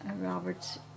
Robert's